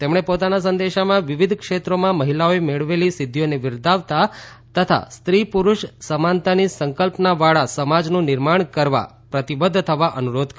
તેમણે પોતાના સંદેશામાં વિવિધ ક્ષેત્રોમાં મહિલાઓએ મેળવેલી સિદ્ધિઓને બિરદાવવા તથા સ્ત્રી પુરૂષ સમાનતાની સંકલ્પનાવાળા સમાજનું નિર્માણ કરવા પ્રતિબદ્ધ થવા અનુરોધ કર્યો હતો